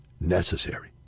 necessary